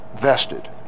vested